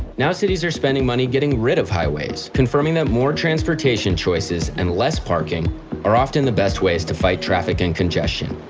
now cities are spending money getting rid of highways, confirming that more transportation choices and less parking are often the best ways to fight traffic and congestion.